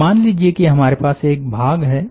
अब मान लीजिये कि हमारे पास एक भाग है